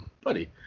Buddy